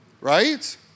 Right